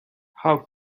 how